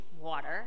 water